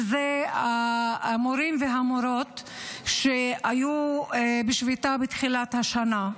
וזה המורים והמורות שהיו בשביתה בתחילת השנה.